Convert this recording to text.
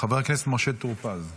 חבר הכנסת משה טור פז.